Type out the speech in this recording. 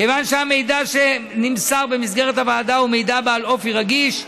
כיוון שהמידע שנמסר במסגרת הוועדה הוא מידע בעל אופי רגיש,